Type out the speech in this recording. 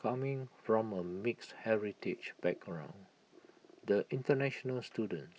coming from A mixed heritage background the International students